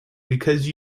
because